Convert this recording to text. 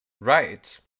Right